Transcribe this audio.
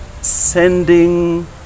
sending